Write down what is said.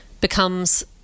becomes